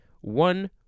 one